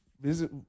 visit